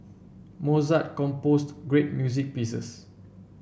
Mozart composed great music pieces